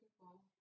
people